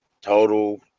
total